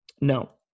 No